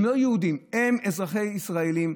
הם לא יהודים, הם אזרחים ישראלים.